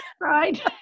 right